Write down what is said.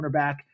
cornerback